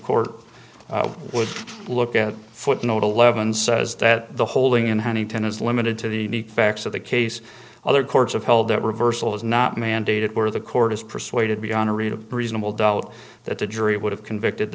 court would look at footnote eleven says that the holding in huntington is limited to the facts of the case other courts have held that reversal is not mandated where the court is persuaded beyond a read of reasonable doubt that the jury would have convicted the